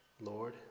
Lord